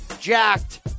jacked